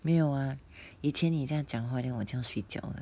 没有啊以前你这样讲话 then 我就要睡觉了